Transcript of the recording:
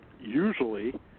Usually